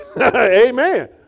Amen